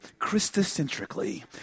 Christocentrically